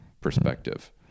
perspective